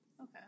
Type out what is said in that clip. Okay